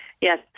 Yes